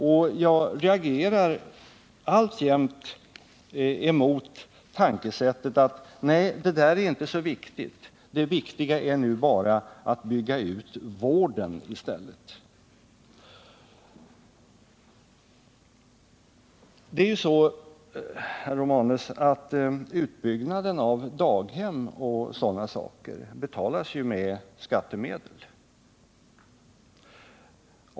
Och jag reagerar alltjämt emot resonemanget att detta inte skulle vara viktigt, utan att det viktiga skulle vara att bygga ut vården. Det är ju så, herr Romanus, att utbyggnaden av daghem och sådana saker betalas med skattemedel.